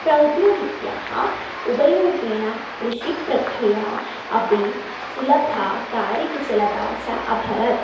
प्रौद्योगिक्याः उपयोगेन कृषिप्रक्रिया अपि सुलभाकार्यकुशलता च अभवत्